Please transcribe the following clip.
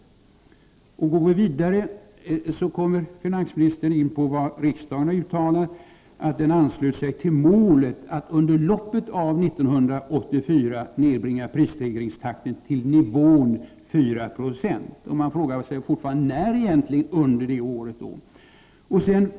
Går vi vidare finner vi att statsministern, för det fjärde, kommer in på vad riksdagen har uttalat, nämligen: ”Riksdagen har anslutit sig till målet att under loppet av 1984 nedbringa prisstegringstakten till nivån 4 96.” Man frågar sig fortfarande: När under det året?